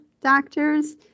doctors